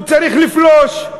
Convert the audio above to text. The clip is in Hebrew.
הוא צריך לפלוש.